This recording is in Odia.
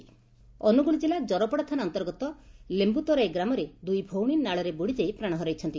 ଦୁଇଭଉଣୀ ମୃତ ଅନୁଗୁଳ କିଲ୍ଲା କରପଡ଼ା ଥାନା ଅନ୍ତର୍ଗତ ଲେମ୍ଠୁତରାଇ ଗ୍ରାମରେ ଦୁଇ ଭଉଶୀ ନାଳରେ ବୁଡ଼ିଯାଇ ପ୍ରାଶ ହରାଇଛନ୍ତି